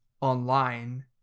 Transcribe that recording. online